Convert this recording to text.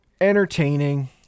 Entertaining